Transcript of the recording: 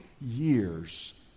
years